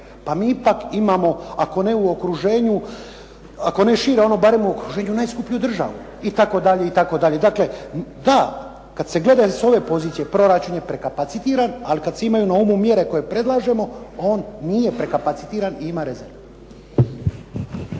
pa mi ipak imamo ako ne šire, ono barem u okruženju najskuplju državu itd., itd. Dakle, da, kad se gleda s ove pozicije proračun je prekapacitiran, ali kad se imaju na umu mjere koje predlažemo on nije prekapacitiran i ima rezerve.